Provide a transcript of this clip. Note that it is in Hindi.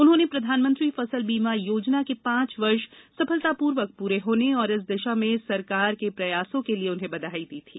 उन्होंने प्रधानमंत्री फसल बीमा योजना के पांच वर्ष सफलतापूर्वक पूरे होने और इस दिशा में सरकार प्रयासों के लिए बधाई दी थी